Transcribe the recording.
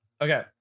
Okay